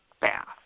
bath